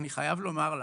אני חייב לומר לך,